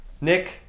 Nick